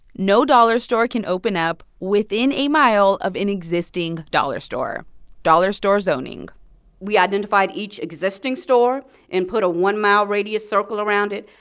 no dollar store can open up within a mile of an existing dollar store dollar store zoning we identified each existing store and put a one mile radius circle around it.